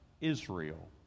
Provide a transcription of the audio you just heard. Israel